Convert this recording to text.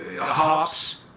Hops